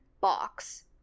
box